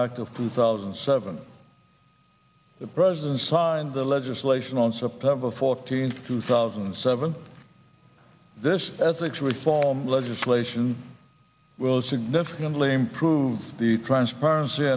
act of two thousand and seven the president signed the legislation on september fourteenth two thousand and seven this ethics reform legislation will significantly improve the transparency